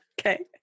Okay